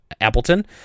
Appleton